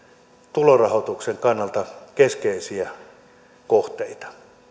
tulorahoituksen kannalta keskeisiä kohteita